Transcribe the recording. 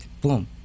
Boom